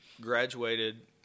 graduated